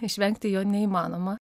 išvengti jo neįmanoma